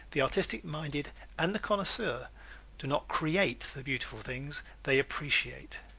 the artistic-minded and the connoisseur do not create the beautiful things they appreciate.